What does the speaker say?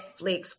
Netflix